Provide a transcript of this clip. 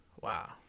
Wow